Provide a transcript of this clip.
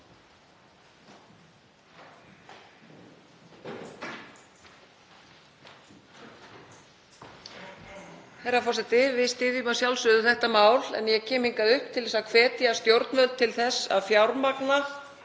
Herra forseti. Við styðjum að sjálfsögðu þetta mál en ég kem hingað upp til að hvetja stjórnvöld til að fjármagna